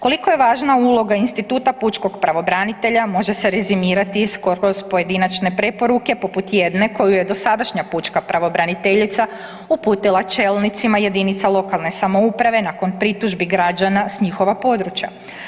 Koliko je važna uloga instituta pučkog pravobranitelja može se rezimirati kroz pojedinačne preporuke poput jedne koju je dosadašnja pučka pravobraniteljica uputila čelnicima jedinica lokalne samouprave nakon pritužbi građana s njihova područja.